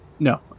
No